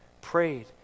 prayed